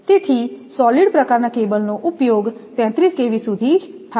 તેથી સોલિડ પ્રકારના કેબલનો ઉપયોગ 33 kV સુધી થાય છે